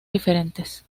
diferentes